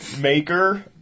maker